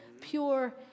pure